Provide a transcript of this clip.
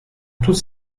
toutes